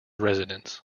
residence